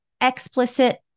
explicit